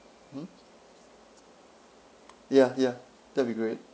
mm ya ya that'll be great